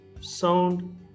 sound